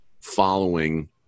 following